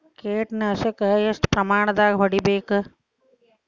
ಕೇಟ ನಾಶಕ ಎಷ್ಟ ಪ್ರಮಾಣದಾಗ್ ಹೊಡಿಬೇಕ?